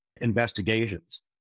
investigations